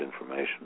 information